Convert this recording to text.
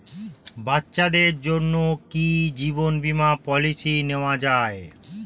বাচ্চাদের জন্য কি জীবন বীমা পলিসি নেওয়া যায়?